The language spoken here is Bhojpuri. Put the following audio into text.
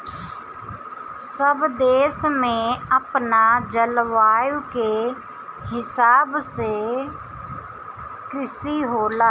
सब देश में अपना जलवायु के हिसाब से कृषि होला